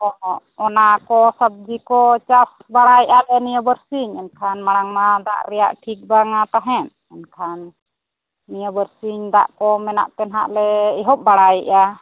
ᱚᱻ ᱦᱚᱸ ᱚᱱᱟ ᱠᱚ ᱥᱚᱵᱽᱡᱤ ᱠᱚ ᱪᱟᱥ ᱵᱟᱲᱟᱭᱮᱜᱼᱟ ᱞᱮ ᱱᱤᱭᱟᱹ ᱵᱟᱨᱥᱤᱧ ᱮᱱᱠᱷᱟᱱ ᱢᱟᱲᱟᱝ ᱢᱟ ᱫᱟᱜ ᱨᱮᱭᱟᱜ ᱴᱷᱤᱠ ᱵᱟᱝᱟ ᱛᱟᱦᱮᱸᱫ ᱮᱱᱠᱷᱟᱱ ᱱᱤᱭᱟᱹ ᱵᱟᱨᱥᱤᱧ ᱫᱟᱜ ᱠᱚ ᱢᱮᱱᱟᱜ ᱛᱮ ᱦᱟᱸᱜ ᱞᱮ ᱮᱦᱚᱵ ᱵᱟᱲᱟᱭᱮᱫᱼᱟ